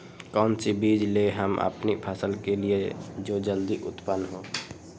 कौन सी बीज ले हम अपनी फसल के लिए जो जल्दी उत्पन हो?